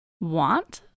want